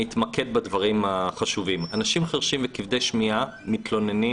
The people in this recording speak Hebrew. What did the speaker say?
אתמקד בדברים החשובים: אנשים חירשים וכבדי שמיעה מתלוננים